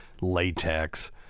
latex